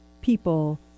people